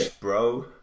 bro